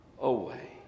away